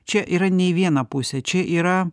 čia yra ne į vieną pusę čia yra